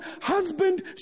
husband